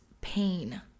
pain